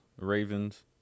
Ravens